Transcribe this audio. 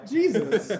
Jesus